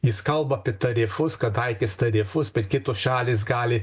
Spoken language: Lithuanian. jis kalba apie tarifus kad taikys tarifus bet kitos šalys gali